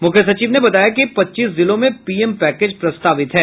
मुख्य सचिव ने बताया कि पच्चीस जिलों में पीएम पैकेज प्रस्तावित हैं